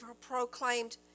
proclaimed